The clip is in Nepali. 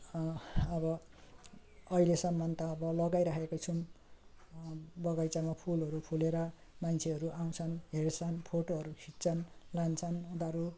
अब अहिलेसम्म त अब लगाइरहेको छौँ बगैँचामा फुलहरू फुलेर मान्छेहरू आउँछन् हेर्छन् फोटोहरू खिच्छन् लान्छन् उनीहरू